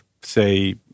say